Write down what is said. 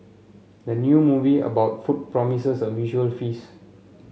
the new movie about food promises a visual feast